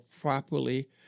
properly